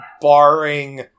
barring